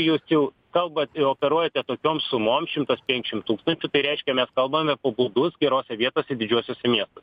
jūs jau kalbat operuojate tokiom sumom šimtas penkšimt tūkstančių tai reiškia mes kalbame apie butus gerose vietose didžiuosiuose miestuose